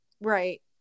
Right